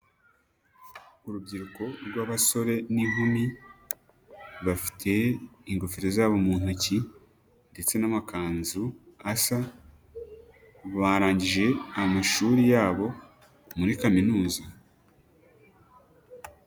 Urubyiruko rw'abasore n'inkumi bafite ingofero zabo mu ntoki ndetse n'amakanzu asa, barangije amashuri yabo muri kaminuza.